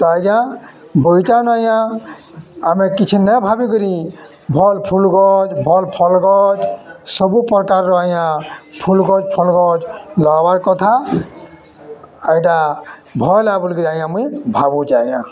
ତ ଆଜ୍ଞା ବଗିଚାନ ଆଜ୍ଞା ଆମେ କିଛି ନାଇ ଭାବିକିରି ଭଲ୍ ଫୁଲ୍ ଗଛ୍ ଭଲ୍ ଫଲ୍ ଗଛ୍ ସବୁପ୍ରକାରର୍ ଆଜ୍ଞା ଫୁଲ୍ ଗଛ୍ ଫଲ୍ ଗଛ୍ ଲଗାବାର୍ କଥା ଆର୍ ଇଟା ଭଲ୍ ଆଏ ବୋଲିକିରି ଆଜ୍ଞା ମୁଇଁ ଭାବୁଛେଁ ଆଜ୍ଞା